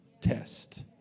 Test